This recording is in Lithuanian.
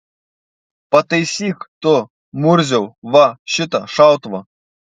pataisyk tu murziau va šitą šautuvą